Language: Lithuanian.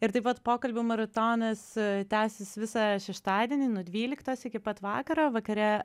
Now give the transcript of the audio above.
ir taip pat pokalbių maratonas tęsis visą šeštadienį nuo dvyliktos iki pat vakaro vakare